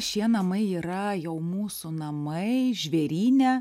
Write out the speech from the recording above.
šie namai yra jau mūsų namai žvėryne